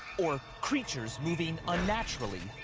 or creatures moving unnaturally.